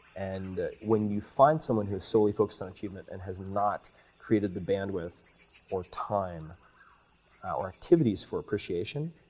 and when you find someone who is solely focused on achievement and has not created the band with or time or activities for appreciation,